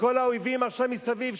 וכל האויבים עכשיו מסביב,